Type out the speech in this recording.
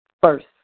first